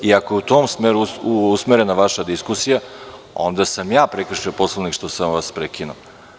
Ako je u tom smeru usmerena vaša diskusija, onda sam ja prekršio Poslovnik što sam vas prekinuo.